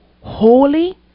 holy